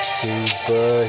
super